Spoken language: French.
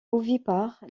ovipare